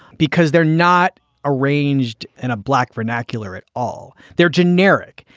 because they're not arranged in a black vernacular at all. they're generic.